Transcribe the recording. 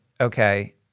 okay